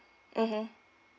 mmhmm